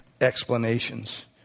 explanations